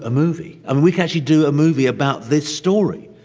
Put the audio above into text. ah movie. and we could actually do a movie about this story.